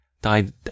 Died